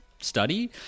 study